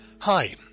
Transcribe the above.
Hi